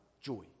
joy